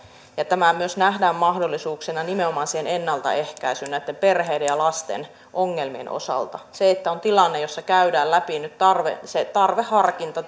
ja tämä myös nähdään mahdollisuuksina nimenomaan siihen ennaltaehkäisyyn perheiden ja lasten ongelmien osalta se että on tilanne jossa se tarve käydään läpi ja se tarveharkinta